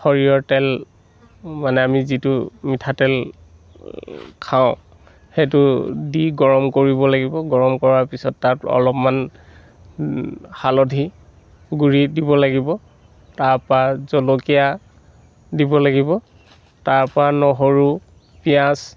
সৰিয়হৰ তেল মানে আমি যিটো মিঠাতেল খাওঁ সেইটো দি গৰম কৰিব লাগিব গৰম কৰাৰ পিছত তাত অলপমান হালধি গুড়ি দিব লাগিব তাৰপৰা জলকীয়া দিব লাগিব তাৰপৰা নহৰু পিয়াঁজ